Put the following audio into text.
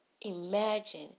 imagine